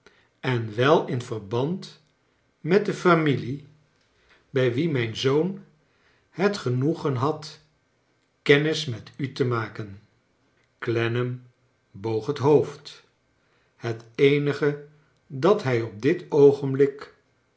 en wel in verband met de familie bij wie mijn zoon het genoegen had kennis met u te inaken clennam boog het hoofd het eenige dat hij op dit oogenblik